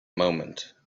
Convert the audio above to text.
moment